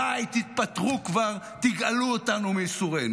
די, התפטרו כבר, גאלו אותנו מייסורינו.